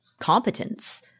competence